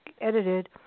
edited